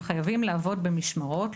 הם חייבים לעבוד במשמרות.